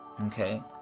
okay